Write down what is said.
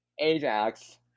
Ajax